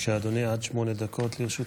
בבקשה, אדוני, עד שמונה דקות לרשותך.